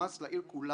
מספיק כבר.